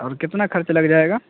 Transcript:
اور کتنا خرچ لگ جائے گا